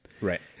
Right